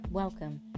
Welcome